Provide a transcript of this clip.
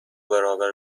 برابر